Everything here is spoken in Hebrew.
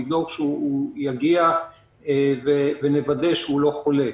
לדאוג שהוא יגיע ולוודא שהוא לא חולה.